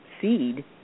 seed